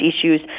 issues